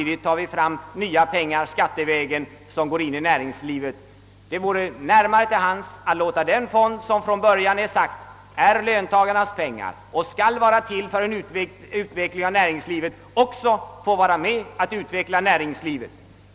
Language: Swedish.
Det borde ligga närmare till hands att låta den fond, som — enligt vad det från början sagts — består av löntagarnas pengar och skall vara till för en utveckling av näringslivet, också få vara med och utveckla näringslivet.